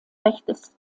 rechts